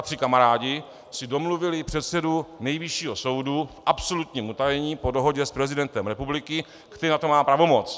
Tři kamarádi si domluvily předsedu Nejvyššího soudu v absolutním utajení po dohodě s prezidentem republiky, který na to má pravomoc.